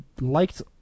liked